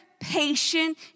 patient